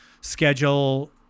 schedule